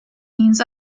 means